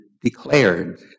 declared